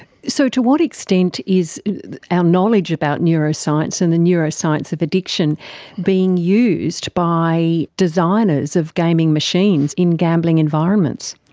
so to what extent is our knowledge about neuroscience and the neuroscience of addiction being used by designers of gaming machines in gambling environments?